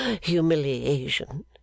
humiliation